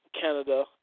Canada